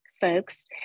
folks